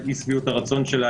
את אי שביעות הרצון שלה,